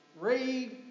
Read